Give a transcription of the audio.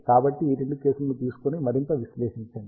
కాబట్టి ఈ రెండు కేసులను తీసుకొని మరింత విశ్లేషించండి